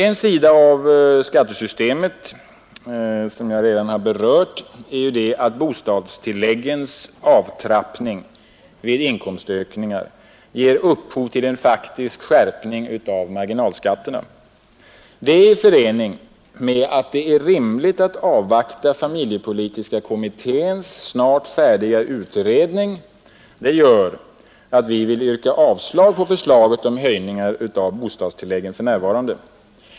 En sida av skattesystemet, som jag redan har berört, är att bostadstilläggens avtrappning vid inkomstökningar ger upphov till en faktisk skärpning av marginalskatterna, Detta i förening med att det är rimligt att avvakta familjepolitiska kommitténs snart färdiga utredning gör att vi yrkar avslag på förslaget om höjningar av bostadstilläggen för närvarande.